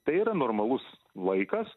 tai yra normalus laikas